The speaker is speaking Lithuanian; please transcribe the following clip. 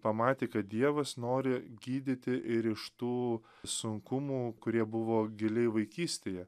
pamatė kad dievas nori gydyti ir iš tų sunkumų kurie buvo giliai vaikystėje